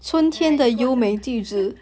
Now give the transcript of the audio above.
!aiya! 你跟我讲